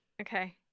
Okay